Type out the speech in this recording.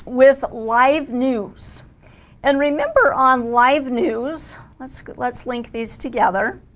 with live news and remember on live news let's get let's link these together